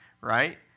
right